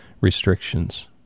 restrictions